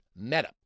Meta